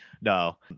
No